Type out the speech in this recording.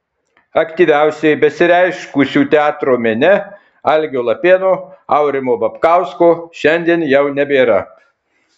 aktyviausiai besireiškusių teatro mene algio lapėno aurimo babkausko šiandien jau nebėra